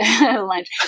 lunch